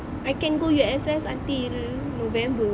I can go U_S_S until november